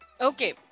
Okay